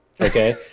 Okay